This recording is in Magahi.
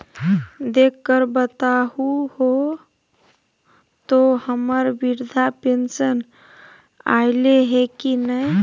देख कर बताहो तो, हम्मर बृद्धा पेंसन आयले है की नय?